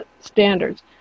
standards